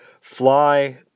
fly